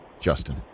Justin